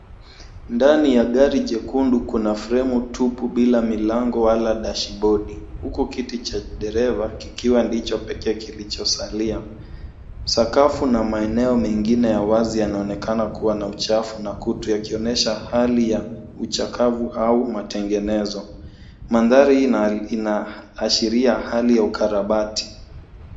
Ndani ya gari jekundu kuna fremu tupu bila milango wala dashibodi, huku kiti cha dereva kikiwa ndicho pekee kilichosalia. Sakafu na maeneo mengine ya wazi yanaonekana kuwa na uchafu na kutu yakionyesha hali ya uchakavu au matengenezo. Mandhari hii inaashiria hali ya ukarabati.